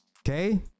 okay